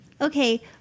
Okay